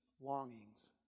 longings